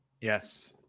Yes